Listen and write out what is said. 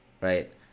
right